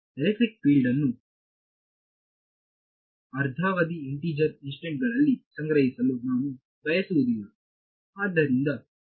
electric field ನ್ನು ಅರ್ಧಾವಧಿಯ integer ಇನ್ಸ್ಟೆಂಟ್ಗಳಲ್ಲಿ ಸಂಗ್ರಹಿಸಲು ನಾನು ಬಯಸುವುದಿಲ್ಲ